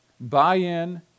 Buy-in